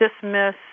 dismiss